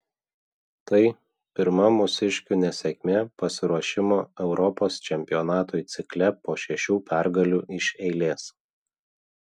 tai pirma mūsiškių nesėkmė pasiruošimo europos čempionatui cikle po šešių pergalių iš eilės